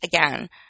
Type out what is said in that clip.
again